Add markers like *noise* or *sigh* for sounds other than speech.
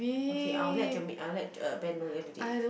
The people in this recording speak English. *unintelligible*